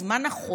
אז מה נכון,